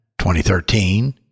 2013